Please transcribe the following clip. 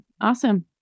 Awesome